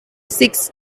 six